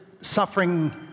suffering